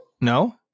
No